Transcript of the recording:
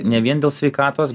ne vien dėl sveikatos